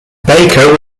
baker